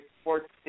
sports